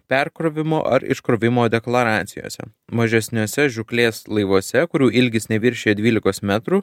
perkrovimo ar iškrovimo deklaracijose mažesniuose žūklės laivuose kurių ilgis neviršija dvylikos metrų